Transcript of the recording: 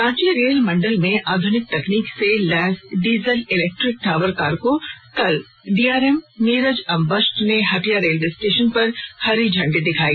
Ranchi rail मंडल में आधुनिक तकनीक से लैस डीजल इलेक्ट्रिक टावर कार को कल डीआरएम नीरज अंबष्ट ने हटिया रेलवे स्टेशन पर हरी झंडी दिखाई